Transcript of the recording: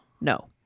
No